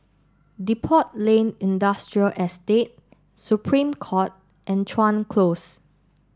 Depot Lane Industrial Estate Supreme Court and Chuan Close